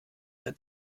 der